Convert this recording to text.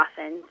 often